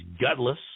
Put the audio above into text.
gutless